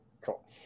cool